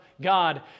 God